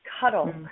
cuddle